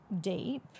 deep